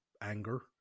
anger